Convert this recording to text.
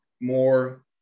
more